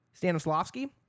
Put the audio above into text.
Stanislavski